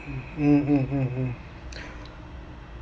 mm mm mm mm